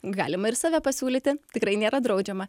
galima ir save pasiūlyti tikrai nėra draudžiama